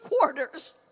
quarters